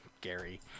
Gary